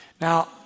Now